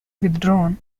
withdrawn